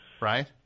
right